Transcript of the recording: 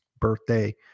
birthday